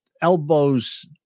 elbows